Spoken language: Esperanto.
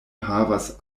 havas